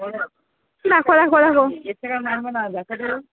না রাখো রখো রাখো না যা